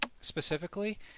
specifically